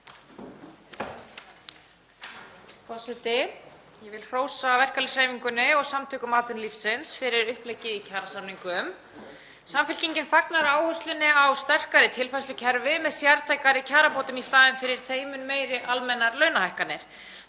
Forseti. Ég vil hrósa verkalýðshreyfingunni og Samtökum atvinnulífsins fyrir uppleggið í kjarasamningum. Samfylkingin fagnar áherslunni á sterkari tilfærslukerfi með sértækari kjarabótum í staðinn fyrir þeim mun meiri almennar launahækkanir.